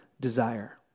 desire